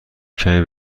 کمی